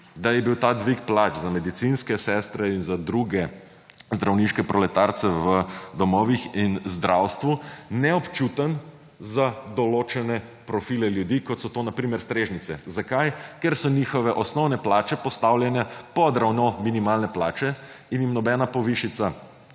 da je bil ta dvig plač za medicinske sestre in za druge zdravniške proletarce v domovih in zdravstvu neobčuten za določene profile ljudi kot so to na primer strežnice. Zakaj? Ker so njihove osnovne plače postavljene pod ravno minimalne plače in jim nobena povišica